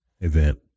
event